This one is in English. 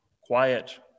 quiet